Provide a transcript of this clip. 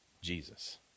Jesus